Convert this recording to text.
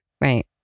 Right